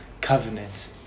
covenant